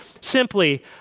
simply